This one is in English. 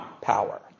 power